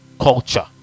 culture